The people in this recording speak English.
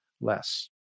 less